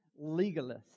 legalists